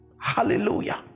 hallelujah